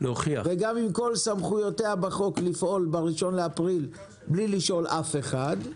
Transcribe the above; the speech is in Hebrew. גם אם סמכויותיה לפעול ב-1 באפריל בלי לשאול אף אחד,